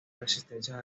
resistencia